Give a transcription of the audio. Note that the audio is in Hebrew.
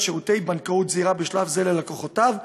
שירותי בנקאות זעירה בשלב זה ללקוחותיו,